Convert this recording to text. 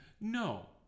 No